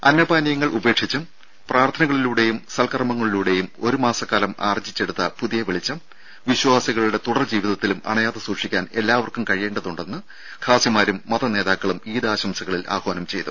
അന്ന പാനീയങ്ങൾ ഉപേക്ഷിച്ചും പ്രാർത്ഥനകളിലൂടെയും സൽക്കർമ്മങ്ങളിലൂടെയും ഒരുമാസക്കാലം ആർജിച്ചെടുത്ത പുതിയ വെളിച്ചം വിശ്വാസികളുടെ തുടർ ജീവിതത്തിലും അണയാതെ സൂക്ഷിക്കാൻ എല്ലാവർക്കും കഴിയേണ്ടതുണ്ടെന്ന് ഖാസിമാരും മതനേതാക്കളും ഈദ് ആശംസകളിൽ ആഹ്വാനം ചെയ്തു